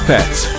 Pets